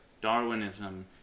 Darwinism